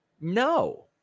No